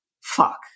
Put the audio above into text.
Fuck